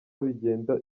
bigenda